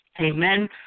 Amen